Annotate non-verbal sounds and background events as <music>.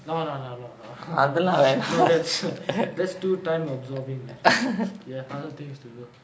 no no no no no <laughs> that's too time absorbing man I've other things to do